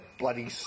bloody